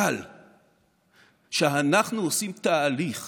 אבל כשאנחנו עושים תהליך